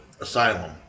Asylum